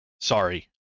sorry